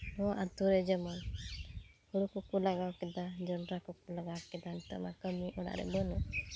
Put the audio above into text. ᱟᱛᱳ ᱨᱮ ᱡᱮᱢᱚᱱ ᱦᱳᱲᱳ ᱠᱚᱠᱚ ᱞᱟᱜᱟᱣ ᱠᱮᱫᱟ ᱡᱚᱱᱰᱟᱠᱚ ᱠᱚ ᱞᱟᱜᱟᱣ ᱠᱮᱫᱟ ᱱᱤᱛᱚᱜ ᱢᱟ ᱠᱟᱹᱢᱤ ᱚᱲᱟᱜ ᱨᱮ ᱵᱟᱹᱱᱩᱜ